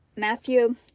Matthew